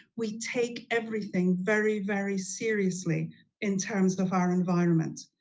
we take everything very, very seriously in terms of our environment.